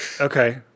Okay